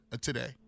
today